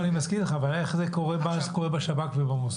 אני מסכים איתך, הבעיה איך זה קורה בשב"כ ובמוסד?